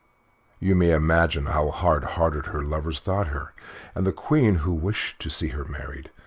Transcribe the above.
you may imagine how hard-hearted her lovers thought her and the queen, who wished to see her married,